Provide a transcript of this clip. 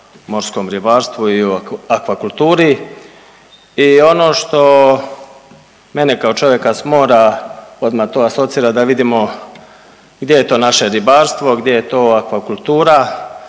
morskom ribarstvu i o akvakulturi i ono što mene kao čovjeka s mora odmah to asocira da vidimo gdje je to naše ribarstvo, gdje je to akvakultura